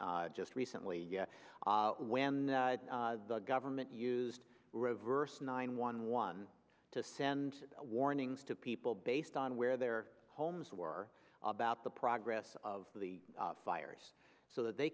had just recently when the government used reverse nine one one to send warnings to people based on where their homes were about the progress of the fires so that they